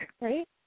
Right